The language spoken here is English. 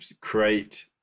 create